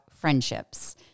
friendships